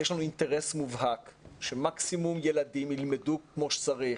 יש לנו אינטרס מובהק שמקסימום ילדים ילמדו כמו שצריך.